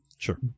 Sure